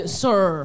sir